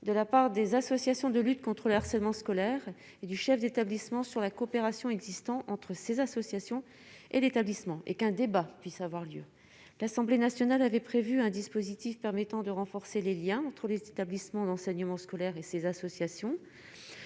de la part des associations de lutte contre le harcèlement scolaire et du chef d'établissement sur la coopération existant entre ces associations et l'établissement et qu'un débat puisse avoir lieu, l'Assemblée nationale avait prévu un dispositif permettant de renforcer les Liens entre les établissements d'enseignement scolaire et ces associations